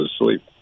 asleep